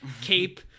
cape